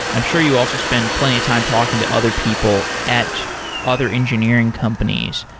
i'm sure you also spent plenty of time talking to other people at other engineering companies.